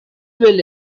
well